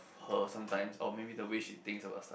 her sometimes or maybe the way she thinks about stuff